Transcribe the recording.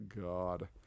god